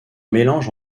mélange